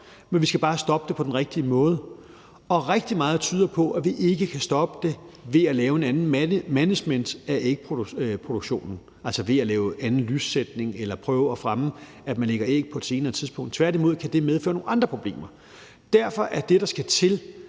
men vi skal bare stoppe det på den rigtige måde, og rigtig meget tyder på, at vi ikke kan stoppe det ved at lave en anden management af ægproduktionen, altså ved at lave en anden lyssætning eller prøve at fremme, at de lægger æg på et senere tidspunkt. Tværtimod kan det medføre nogle andre problemer. Derfor er det, der skal til,